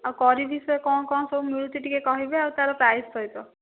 ଆଉ କରି ବିଷୟରେ କ'ଣ କ'ଣ ସବୁ ମିଳୁଛି ଟିକିଏ କହିବେ ଆଉ ତା'ର ପ୍ରାଇସ୍ ସହିତ